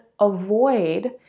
avoid